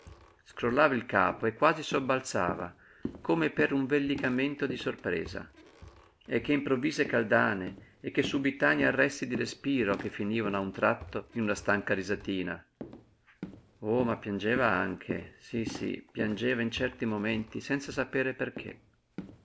scrollava il capo e quasi sobbalzava come per un vellicamento di sorpresa e che improvvise caldane e che subitanei arresti di respiro che finivano a un tratto in una stanca risatina oh ma piangeva anche sí sí piangeva in certi momenti senza saper perché